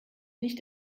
nicht